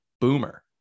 Boomer